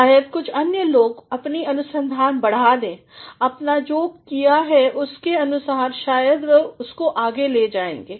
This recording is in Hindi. शायद कुछ अन्य लोग अपनी अनुसंधान बढ़ा दें आपने जो किया है उसके अनुसार शायद वह उसके आगे ले जाएंगे